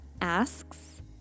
asks